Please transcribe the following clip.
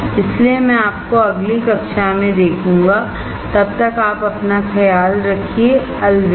इसलिए मैं आपको अगली कक्षा में देखूंगा तब तक आप अपना ख्याल रखिए अलविदा